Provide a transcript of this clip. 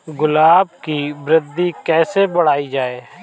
गुलाब की वृद्धि कैसे बढ़ाई जाए?